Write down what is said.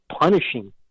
punishing